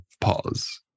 pause